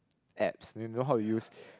apps and you know how to use